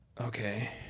Okay